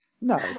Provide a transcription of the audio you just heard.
No